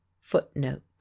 footnote